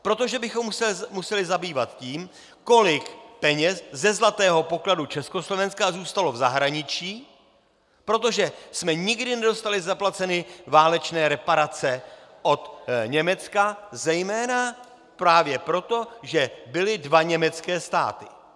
Protože bychom se museli zabývat tím, kolik peněz ze zlatého pokladu Československa zůstalo v zahraničí, protože jsme nikdy nedostali zaplaceny válečné reparace od Německa, zejména právě proto, že byly dva německé státy.